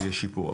יהיה שיפור.